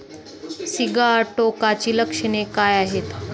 सिगाटोकाची लक्षणे काय आहेत?